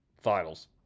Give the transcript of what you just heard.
Finals